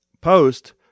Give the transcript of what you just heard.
post